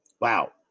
Wow